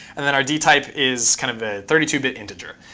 and then our dtype is kind of a thirty two bit integer.